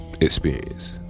Experience